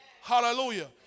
Hallelujah